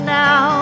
now